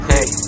Hey